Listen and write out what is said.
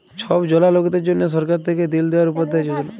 ছব জলা লকদের জ্যনহে সরকার থ্যাইকে দিল দয়াল উপাধ্যায় যজলা